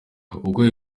uko